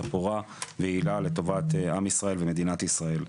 פורה ויעילה לטובת עם ישראל ומדינת ישראל.